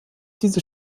diese